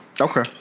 Okay